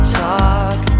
talk